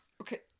Okay